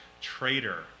traitor